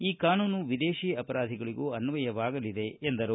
ಈ ಕಾನೂನು ವಿದೇಶಿ ಅಪರಾಧಿಗಳಗೂ ಅನ್ವಯವಾಗಲಿದೆ ಎಂದರು